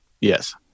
Yes